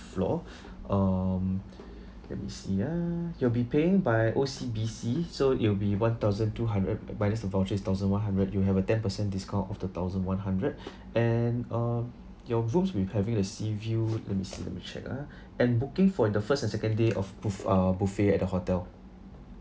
floor um let me see ah you'll be paying by O_C_B_C so it will be one thousand two hundred minus the vouchers it's a thousand one hundred you'll have a ten percent discount off the thousand one hundred and uh your rooms will having the seaview let me see let me check ah and booking for the first and second day of buf~ buffet uh at the hotel